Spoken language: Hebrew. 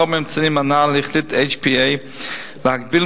לאור הממצאים הנ"ל החליט ה-HPA להגביל,